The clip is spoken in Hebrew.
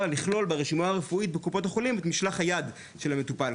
לכלול ברשימה הרפואית בקופות החולים את משלח היד של המטופל,